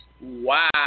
Wow